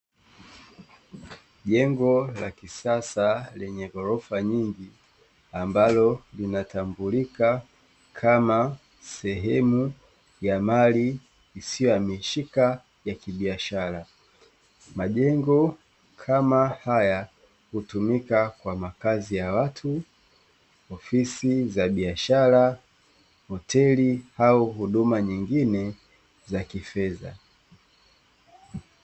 Jengo la kisasa lenye ghorofa nyingi ambalo linatambulika kama sehemu ya mali isiyohamishika ya kibiashara, majengo kama haya hutumika kwa makazi ya watu, ofisi za biashara, hoteli, au huduma nyingine za kifedha.